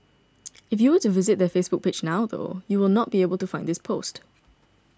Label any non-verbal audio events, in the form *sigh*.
*noise* if you were to visit their Facebook page now though you will not be able to find this post